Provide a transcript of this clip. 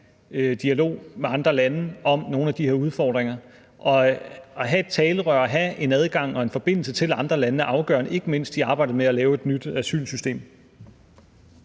dialog med andre lande om nogle af de her udfordringer, og at have et talerør og at have en adgang og en forbindelse til andre lande er afgørende, ikke mindst i arbejdet med at lave et nyt asylsystem.